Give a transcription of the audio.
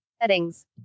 settings